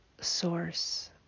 Source